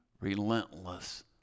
relentless